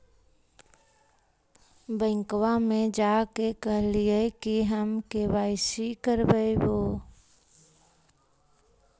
बैंकवा मे जा के कहलिऐ कि हम के.वाई.सी करईवो?